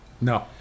No